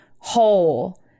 whole